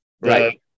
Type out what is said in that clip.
Right